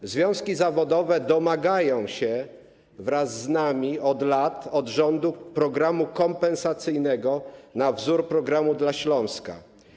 Od lat związki zawodowe domagają się wraz z nami od rządu programu kompensacyjnego na wzór „Programu dla Śląska”